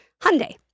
Hyundai